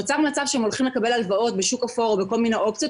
נוצר מצב שהם הולכים לקבל הלוואות בשוק אפור או בכל מיני אופציות,